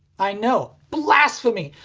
i know, blasphemy!